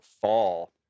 fall